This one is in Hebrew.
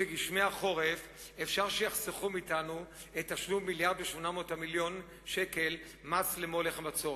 שגשמי החורף אפשר שיחסכו מאתנו תשלום 1.8 מיליארד ש"ח מס בצורת,